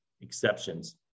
exceptions